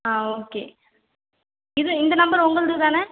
ஆ okay இது இந்த number உங்கள்து தானே